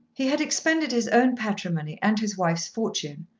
he had expended his own patrimony and his wife's fortune,